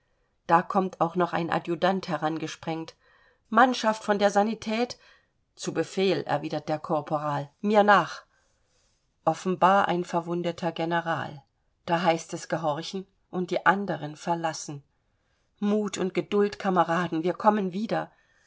da kommt auch noch ein adjutant herangesprengt mannschaft von der sanität zu befehl erwidert der korporal mir nach offenbar ein verwundeter general da heißt es gehorchen und die anderen verlassen mut und geduld kameraden wir kommen wieder